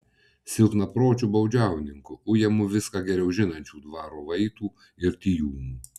silpnapročiu baudžiauninku ujamu viską geriau žinančių dvaro vaitų ir tijūnų